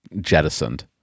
jettisoned